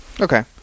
Okay